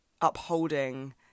upholding